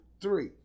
three